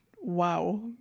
wow